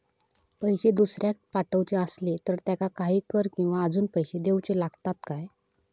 पैशे दुसऱ्याक पाठवूचे आसले तर त्याका काही कर किवा अजून पैशे देऊचे लागतत काय?